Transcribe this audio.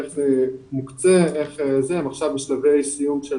איך זה מוקצה ועכשיו הם בשלבי סיום של